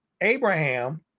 Abraham